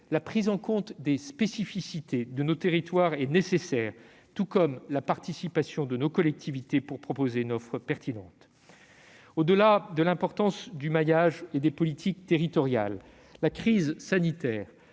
la prise en compte des spécificités de nos territoires est nécessaire, tout comme la participation de nos collectivités pour proposer une offre pertinente. Au-delà de l'importance du maillage et des politiques territoriales, la crise sanitaire